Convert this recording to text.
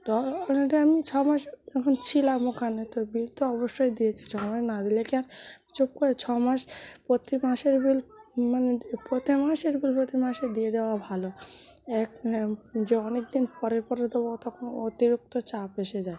তো ওর আগে আমি ছ মাস যখন ছিলাম ওখানে তো বিল তো অবশ্যই দিয়েছি ছ মাস না দিলে কী আর চুপ করে ছ মাস প্রতি মাসের বিল মানে কী প্রতি মাসের বিল প্রতি মাসে দিয়ে দেওয়া ভালো এক যে অনেক দিন পরে পরে দেবো তখন অতিরিক্ত চাপ এসে যায়